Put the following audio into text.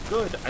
Good